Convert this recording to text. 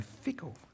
fickle